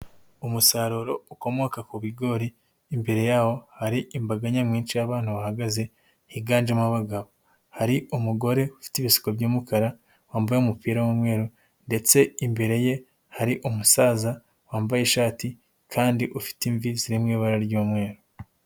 Umusaruro ukomoka ku bigori, imbere yawo hari imbaga nyamwinshi y'abantu bahagaze higanjemo abagabo, hari umugore ufite ibisuko by'umukara wambaye umupira w'umweru ndetse imbere ye hari umusaza wambaye ishati kandi ufite imvi ziri mu ibara ry'umweru.